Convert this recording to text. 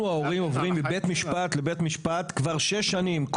אנחנו ההורים עוברים מבית משפט לבית משפט כבר שש שנים.